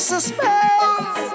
suspense